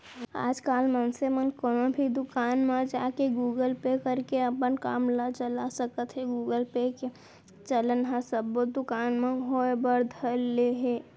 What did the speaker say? आजकल मनसे मन कोनो भी दुकान म जाके गुगल पे करके अपन काम ल चला सकत हें गुगल पे के चलन ह सब्बो दुकान म होय बर धर ले हे